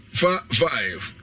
five